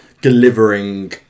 delivering